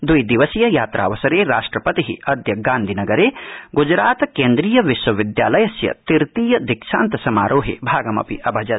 द्वि दिवसीय यात्रा वसर राष्ट्रपति अद्य गांधीनगर ग़्जरात क्व्वीय विश्वविद्यालयस्य तृतीय दीक्षांत समारोहभिगमपि अभजत